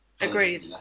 agreed